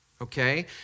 Okay